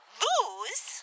lose